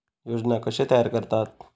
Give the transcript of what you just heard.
योजना कशे तयार करतात?